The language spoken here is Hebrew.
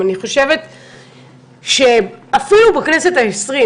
אני חושבת שאפילו בכנסת ה-20,